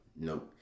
nope